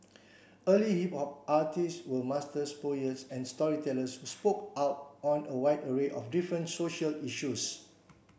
early hip hop artists were master poets and storytellers who spoke out on a wide array of different social issues